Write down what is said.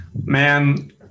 Man